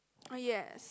oh yes